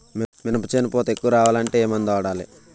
మినప చేను పూత ఎక్కువ రావాలి అంటే ఏమందు వాడాలి?